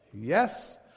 Yes